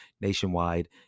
nationwide